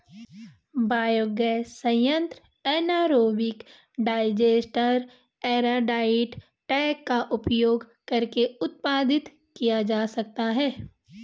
biogas संयंत्र anaerobic digester airtight tank का उपयोग करके उत्पादित किया जा सकता है